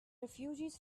refugees